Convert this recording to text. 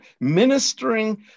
ministering